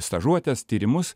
stažuotes tyrimus